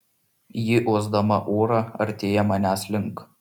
ji uosdama orą artėja manęs link